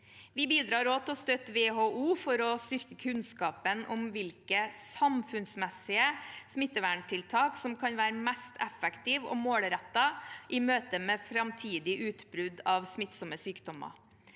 Vi bidrar også til å støtte WHO for å styrke kunnskapen om hvilke samfunnsmessige smitteverntiltak som kan være mest effektive og målrettede i møte med framtidige utbrudd av smittsomme sykdommer.